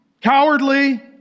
cowardly